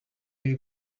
mille